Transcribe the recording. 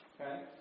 Okay